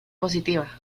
positiva